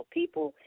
people